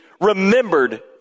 remembered